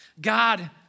God